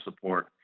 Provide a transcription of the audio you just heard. support